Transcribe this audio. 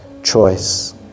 Choice